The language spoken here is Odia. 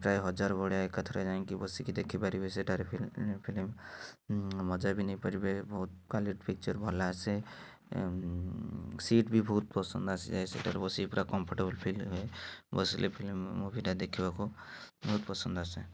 ପ୍ରାୟ ହଜାର ଭଳିଆ ଏକାଥରେ ଯାଇଁକି ବସିକି ଦେଖିପାରିବେ ସେଠାରେ ଫିଲ୍ମ ମଜା ବି ନେଇପାରିବେ ବହୁତ କ୍ୱାଲିଟି ପିକଚର୍ ଭଲ ଆସେ ସିଟ୍ ବି ବହୁତ ପସନ୍ଦ ଆସିଯାଏ ସେଇଠାରେ ବସିକି ପୂରା କମ୍ଫଟେବୁଲ୍ ଫିଲ୍ ହୁଏ ବସିଲେ ଫିଲ୍ମ ମୁଭିଟା ଦେଖିବାକୁ ବହୁତ ପସନ୍ଦ ଆସେ